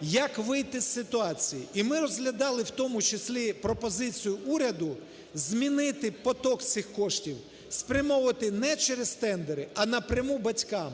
як вийти з ситуації. І ми розглядали в тому числі пропозицію уряду змінити потік цих коштів, спрямовувати не через тендери, а напряму батькам.